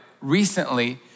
recently